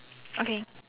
okay